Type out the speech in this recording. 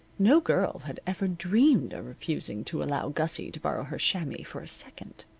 no girl had ever dreamed of refusing to allow gussie to borrow her chamois for a second.